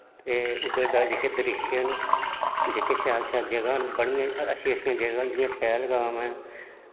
ते उद्धर दा जेह्ड़े दृश्य न जेह्की शैल शैल जगह न बड़िया अच्छी अच्छी जगह न जि'यां पैह्लगाव ऐ